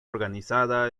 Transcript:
organizada